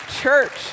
Church